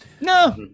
No